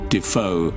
Defoe